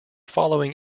following